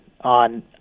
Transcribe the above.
on